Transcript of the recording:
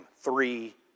three